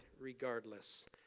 regardless